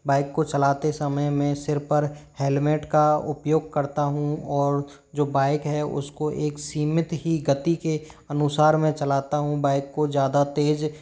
bike को चलाते समय में सिर पर हेलमेट का उपयोग करता हूँ और जो बाइक है उसको एक सीमित ही गति के अनुसार मैं चलाता हूँ बाइक को ज़्यादा तेज